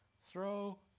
throw